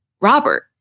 Robert